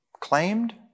Claimed